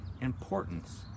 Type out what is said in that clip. importance